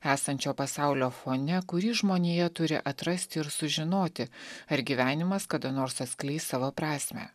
esančio pasaulio fone kurį žmonija turi atrasti ir sužinoti ar gyvenimas kada nors atskleis savo prasmę